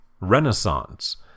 Renaissance